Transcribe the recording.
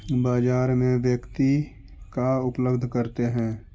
बाजार में व्यक्ति का उपलब्ध करते हैं?